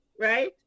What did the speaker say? right